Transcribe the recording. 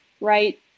right